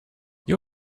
you